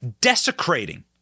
desecrating